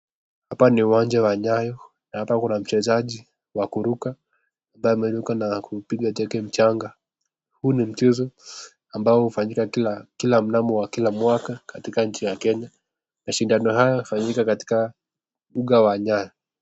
Hapa ni uwanja wa nyayo na hapa kuna mchezaji wa kuruka ambaye ameruka na kupiga teke mchanga, huu ni mchezo ambao hufanyika kila mnamo wa kila mwaka katika nchi ya Kenya , mashindano haya hufanyika katika uga wa nyayo.